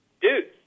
Dude